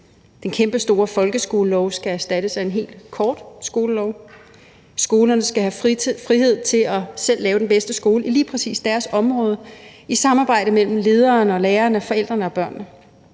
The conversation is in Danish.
Den kæmpestore folkeskolelov skal erstattes af en helt kort skolelov. Skolerne skal have frihed til selv at lave den bedste skole i lige præcis deres område i samarbejde mellem lederen og lærerne og forældrene og børnene.